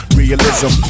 realism